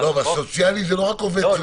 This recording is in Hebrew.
--- אבל סוציאלי זה לא רק עובד סוציאלי.